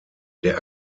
der